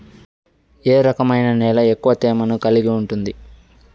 ఏ రకమైన నేల ఎక్కువ తేమను కలిగి ఉంటుంది?